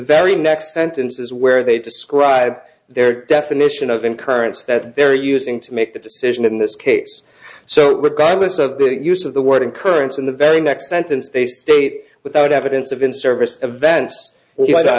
very next sentence is where they describe their definition of in currents that vary using to make the decision in this case so regardless of the use of the word occurrence in the very next sentence they state without evidence of in service event